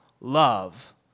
love